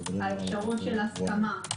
על אפשרות של הסכמה,